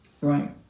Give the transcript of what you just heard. Right